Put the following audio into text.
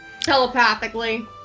telepathically